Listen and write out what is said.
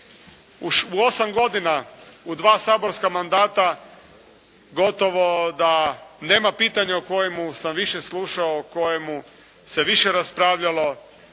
U 8 godina, u dva saborska mandata gotovo da nema pitanja o kojemu sam više slušao, o kojemu sam više raspravljao,